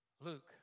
Luke